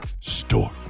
store